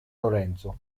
lorenzo